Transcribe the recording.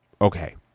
Okay